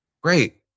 great